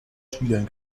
spielern